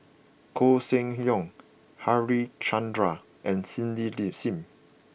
Koh Seng Leong Harichandra and Cindy Leaf Sim